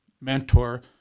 mentor